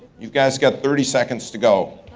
you guys got thirty seconds to go.